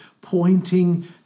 pointing